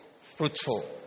fruitful